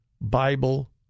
Bible